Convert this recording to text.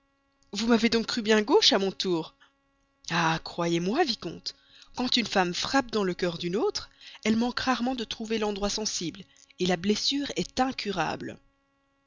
vous m'avez donc crue bien gauche à mon tour vicomte quand une femme frappe dans le cœur d'une autre elle manque rarement de trouver l'endroit sensible la blessure est incurable